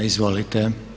Izvolite.